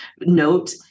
note